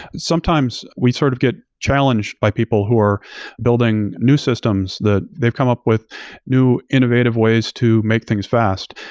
sometimes, we sort of get challenged by people who are building new systems that they've come up with new innovative ways to make things fast.